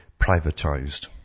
privatised